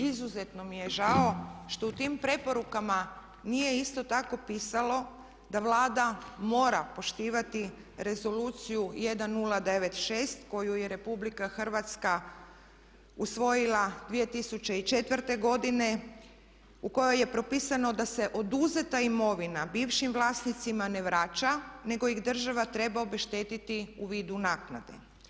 Izuzetno mi je žao što u tim preporukama nije isto tako pisalo da Vlada mora poštivati Rezoluciju 1096 koju je RH usvojila 2004. godine u kojoj je propisano da se oduzeta imovina bivšim vlasnicima ne vraća nego ih država treba obeštetiti u vidu naknade.